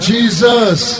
Jesus